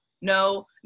no